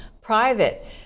private